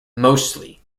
mostly